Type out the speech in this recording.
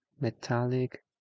metallic